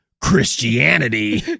Christianity